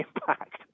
impact